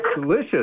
delicious